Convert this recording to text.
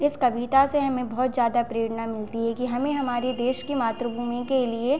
इस कविता से हमें बहुत ज़्यादा प्रेरणा मिलती है कि हमें हमारे देश की मातृभूमि के लिए